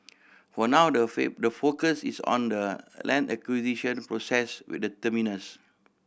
for now the the focus is on the land acquisition process with the terminus